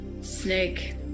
snake